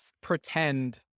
pretend